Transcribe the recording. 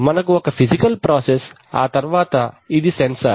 మనకు ఒక physical process ఆ తర్వాత ఇది సెన్సార్